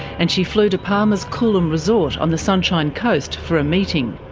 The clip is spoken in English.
and she flew to palmer's coolum resort on the sunshine coast for a meeting.